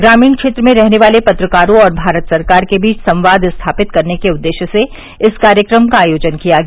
ग्रमीण क्षेत्र में रहने वाले पत्रकारों और भारत सरकार के बीच सवाद स्थापित करने के उद्देश्य से इस कार्यक्रम का आयोजन किया गया